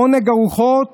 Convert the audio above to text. עונג הרוחות